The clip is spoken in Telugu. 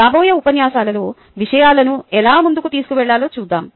రాబోయే ఉపన్యాసాలలో విషయాలను ఎలా ముందుకు తీసుకెళ్లాలో చూద్దాం